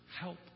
help